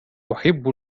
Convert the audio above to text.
أحب